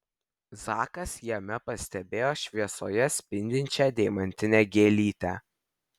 zakas jame pastebėjo šviesoje spindinčią deimantinę gėlytę